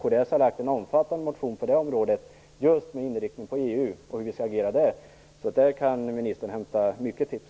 Kds har väckt en omfattande motion på det området, just med inriktning på EU och hur vi skall agera där. Där kan ministern alltså hämta många tips.